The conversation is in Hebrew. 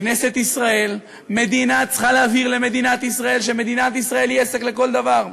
כנסת ישראל צריכה להבהיר למדינת ישראל שמדינת ישראל היא עסק לכל דבר.